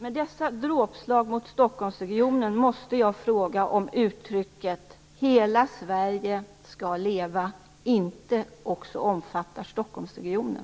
Med dessa dråpslag mot Stockholmsregionen måste jag fråga om uttrycket "Hela Sverige skall leva" inte också omfattar Stockholmsregionen.